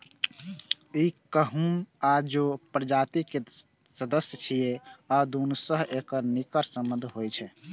ई गहूम आ जौ प्रजाति के सदस्य छियै आ दुनू सं एकर निकट संबंध होइ छै